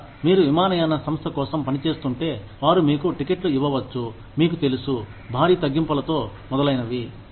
లేదా మీరు విమానయాన సంస్థ కోసం పని చేస్తుంటే వారు మీకు టికెట్లు ఇవ్వవచ్చు మీకు తెలుసు భారీ తగ్గింపులతో మొదలైనవి